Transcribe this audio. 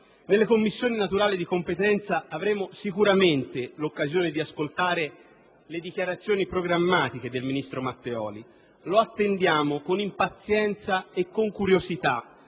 Nelle Commissioni parlamentari di competenza avremo sicuramente l'occasione di ascoltare le dichiarazioni programmatiche del ministro Matteoli. Lo attendiamo con impazienza e con curiosità